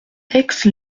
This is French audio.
aix